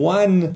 one